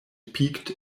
peaked